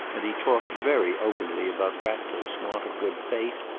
and he talked very openly about ratcliffe's want of good faith,